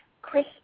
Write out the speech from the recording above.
Chris